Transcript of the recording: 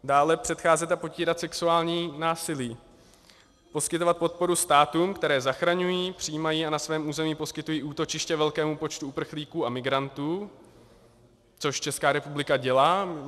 Dále předcházet a potírat sexuální násilí, poskytovat podporu státům, které zachraňují, přijímají a na svém území poskytují útočiště velkému počtu uprchlíků a migrantů, což ČR dělá.